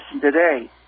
today